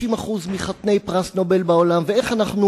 50% מחתני פרס נובל בעולם ואיך אנחנו